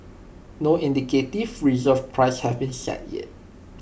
no indicative reserve price has been set yet